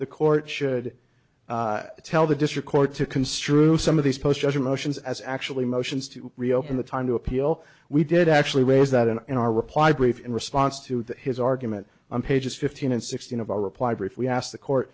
the court should tell the district court to construe some of these post other motions as actually motions to reopen the time to appeal we did actually raise that and in our reply brief in response to that his argument on page fifteen and sixteen of our reply brief we asked the court